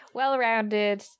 well-rounded